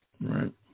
Right